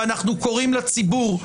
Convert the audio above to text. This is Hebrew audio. ואנחנו קוראים לציבור,